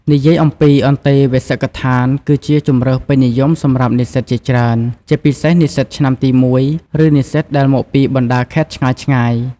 និយាយអំពី អន្តេវាសិកដ្ឋាន គឺជាជម្រើសពេញនិយមសម្រាប់និស្សិតជាច្រើន ជាពិសេសនិស្សិតឆ្នាំទី ១ ឬនិស្សិតដែលមកពីបណ្ដាខេត្តឆ្ងាយៗ។